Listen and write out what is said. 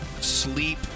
sleep